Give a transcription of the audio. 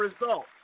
results